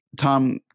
Tom